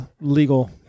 legal